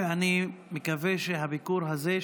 ואני מקווה שהביקור הזה,